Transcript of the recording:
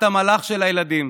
את המלאך של הילדים.